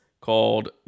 called